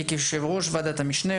יושב-ראש ועדת המשנה,